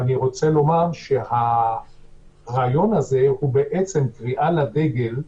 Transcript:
אני רוצה לומר שהרעיון הזה הוא בעצם קריאה לדגל,